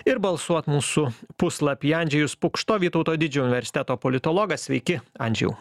ir balsuot mūsų puslapyje andžejus pukšto vytauto didžiojo universiteto politologas sveiki andžėjau